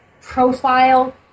profile